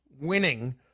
winning